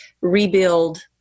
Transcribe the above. rebuild